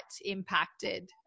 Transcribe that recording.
impacted